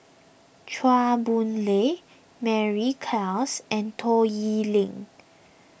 Chua Boon Lay Mary Klass and Toh Yiling